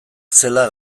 zela